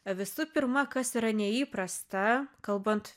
visų pirma kas yra neįprasta kalbant